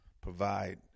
provide